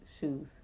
shoes